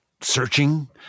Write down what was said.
searching